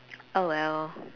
oh well